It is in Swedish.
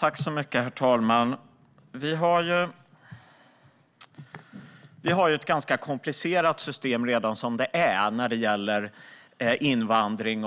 Herr talman! När det gäller invandring,